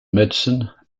medicine